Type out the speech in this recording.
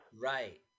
Right